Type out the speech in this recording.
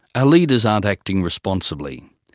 ah leaders aren't acting responsibly.